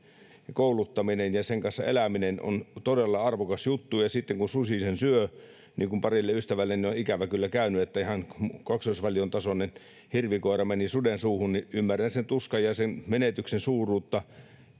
kouluttaminen ja sen kanssa eläminen on todella arvokas juttu ja sitten kun susi sen syö niin kuin parille ystävälleni on on ikävä kyllä käynyt että ihan kaksoisvalion tasoinen hirvikoira meni suden suuhun niin ymmärrän sen tuskan ja sen menetyksen suuruutta